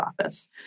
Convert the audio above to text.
office